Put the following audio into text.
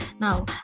now